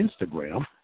Instagram